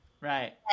Right